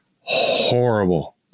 horrible